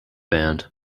band